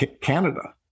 Canada